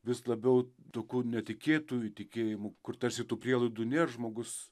vis labiau toku netikėtu įtikėjimu kur tarsi tų prielaidų nėr žmogus